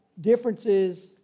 differences